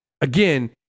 again